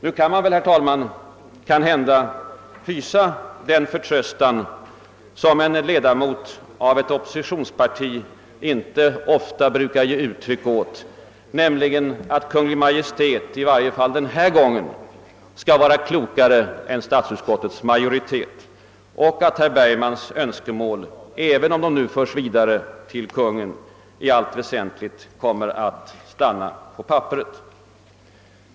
Nu kan man, herr talman, måhända hysa en förtröstan, som en medlem av ett oppositionsparti inte ofta brukar ge uttryck åt, nämligen den att Kungl. Maj:t i varje fall den här gången skall vara klokare än statsutskottets majoritet och att herr Bergmans önskemål, även om de förs vidare till Kungl. Maj:t, i allt väsentligt kommer att stanna på papperet.